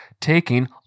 taking